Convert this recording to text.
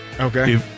Okay